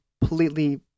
completely